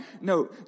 no